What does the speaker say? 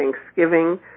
Thanksgiving